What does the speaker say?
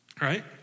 right